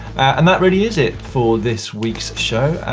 and that really is it for this week's show.